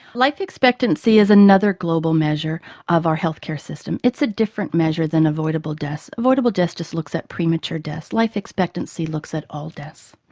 life expectancy is another global measure of our healthcare system. it's a different measure than avoidable deaths. avoidable deaths just looks at premature deaths, life expectancy looks at all deaths,